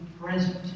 present